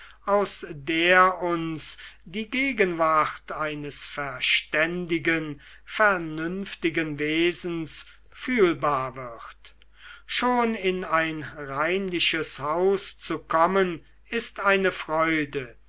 aus der uns die gegenwart eines verständigen vernünftigen wesens fühlbar wird schon in ein reinliches haus zu kommen ist eine freude